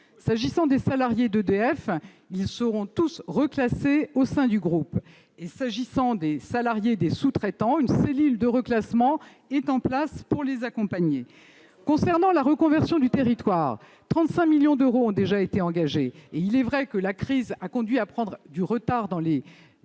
S'agissant des salariés d'EDF, ils seront tous reclassés au sein du groupe. Ils sont sauvés ! S'agissant des salariés des sous-traitants, une cellule de reclassement est en place pour les accompagner. Concernant la reconversion du territoire, 35 millions d'euros ont déjà été engagés, même s'il est vrai que la crise a conduit à prendre du retard dans la